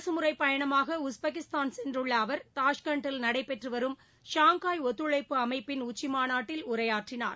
அரசு முறைப்பயணமாக உஸ்பெகிஸ்தான் சென்றுள்ள அவர் தாஸ்கண்டில் நடைபெற்றுவரும் ஷாங்காய் ஒத்துழைப்பு அமைப்பின் உச்சிமாநாட்டில் உரையாற்றினார்